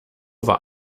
war